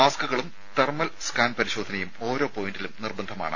മാസ്ക്കുകളും thermal scan പരിശോധനയും ഓരോ പോയിന്റിലും നിർബന്ധമാണ്